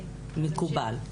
מקובל?